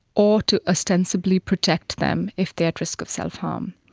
or to ostensibly protect them if they are at risk of self-harm.